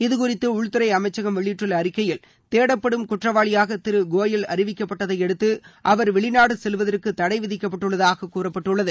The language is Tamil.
இதுகுறித்து உள்துறை அமைச்சகம் வெளியிட்டுள்ள அறிக்கையில் தேடப்படும் குற்றவாளியாக திரு கோயல் அறிவிக்கப்பட்டதையடுத்து அவர் வெளிநாடு செல்வதற்கு தடை விதிக்கப்பட்டுள்ளதாக கூறப்பட்டுள்ளது